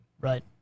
Right